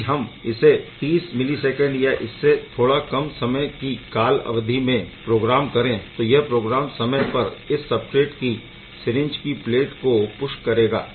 यदि हम इसे 30 मिलीसैकेन्ड या इससे थोड़ा कम समय की काल अवधि से प्रोग्राम करें तो यह प्रोग्राम समय पर इस सबस्ट्रेट की सिरिंज की प्लेट को पुश करेगा